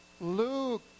Luke